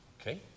Okay